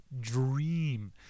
dream